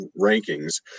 rankings